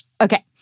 Okay